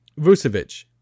Vucevic